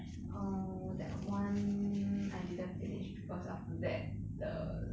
oh that [one] I didn't finish because after that the